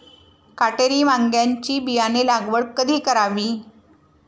काटेरी वांग्याची बियाणे लागवड कधी करावी?